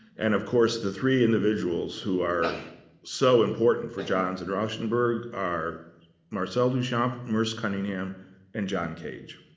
and of course, the three individuals who are so important for johns and rauschenberg are marcel duchamp, merce cunningham and john cage.